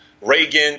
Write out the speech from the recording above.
Reagan